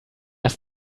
das